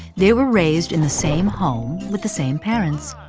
they were raised in the same home, with the same parents,